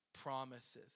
promises